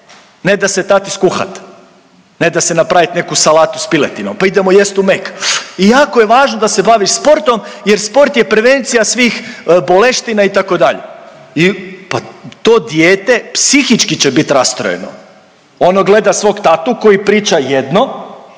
ne da se tati skuhat, ne da se napravit nekakvu salatu s piletinom pa idemo jest u Mek i jako je važno da se baviš sportom jer sport je prevencija svih boleština itd. i pa to dijete psihički će bit rastrojeno. Ono gleda svog tatu koji priča jedno,